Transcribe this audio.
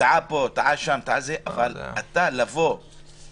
טועה פה או טועה שם, אבל לדבר ככה?